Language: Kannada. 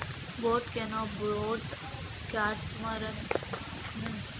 boat canoe, boat catamaran, Tuticorin ಮತ್ತು ಕಿಲಕರೈ ಬೋಟ್ ಗಳು ತಮಿಳುನಾಡಿನ ದೋಣಿಗಳಾಗಿವೆ